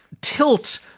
tilt –